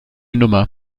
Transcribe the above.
nummer